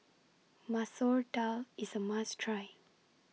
Masoor Dal IS A must Try